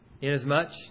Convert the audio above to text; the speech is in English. Inasmuch